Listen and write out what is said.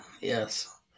yes